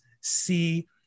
see